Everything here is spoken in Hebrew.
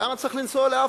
למה צריך לנסוע לאפריקה?